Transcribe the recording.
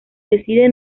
decide